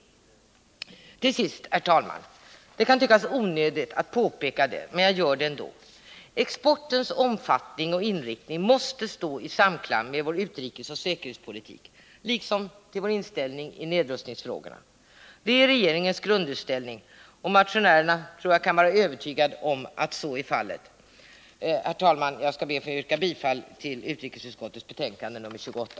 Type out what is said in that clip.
Till sist, herr talman! Det kan tyckas onödigt att påpeka det, men jag gör det ändå: Exportens omfattning och inriktning måste stå i samklang med vår utrikesoch säkerhetspolitik liksom med vår inställning i nedrustningsfrågorna. Det är regeringens grundinställning, och jag tror att motionärerna kan vara övertygade om att så är fallet. Herr talman! Jag ber att få yrka bifall till utrikesutskottets hemställan i dess betänkande nr 28.